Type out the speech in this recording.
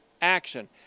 action